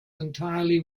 entirely